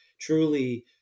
truly